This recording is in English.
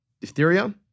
diphtheria